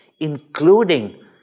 including